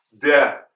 death